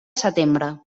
setembre